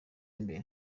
imbere